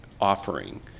offering